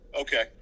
Okay